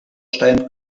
stein